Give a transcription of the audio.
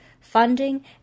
funding